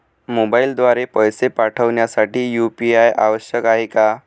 मोबाईलद्वारे पैसे पाठवण्यासाठी यू.पी.आय आवश्यक आहे का?